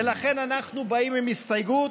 ולכן אנחנו באים עם הסתייגות,